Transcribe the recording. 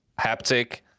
haptic